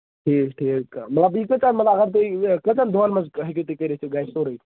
ٹھیٖک ٹھیٖک مےٚ ؤنۍتَو تُہۍ مطلب اگر تُہۍ کٔژَن دۄہَن منٛز ہیٚکِو تُہۍ کٔرِتھ یہِ گرِ سورُے